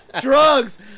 Drugs